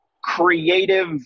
creative